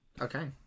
Okay